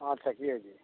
আচ্ছা ঠিক আছে